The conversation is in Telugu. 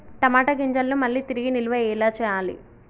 టమాట గింజలను మళ్ళీ తిరిగి నిల్వ ఎలా చేయాలి?